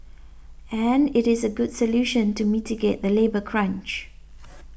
and it is a good solution to mitigate the labour crunch